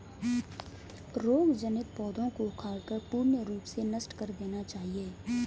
रोग जनित पौधों को उखाड़कर पूर्ण रूप से नष्ट कर देना चाहिये